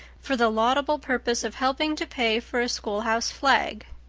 for the laudable purpose of helping to pay for a schoolhouse flag.